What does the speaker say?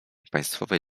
państwowej